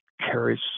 carries